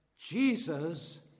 Jesus